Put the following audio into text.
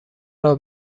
راه